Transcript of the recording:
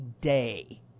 day